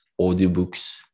audiobooks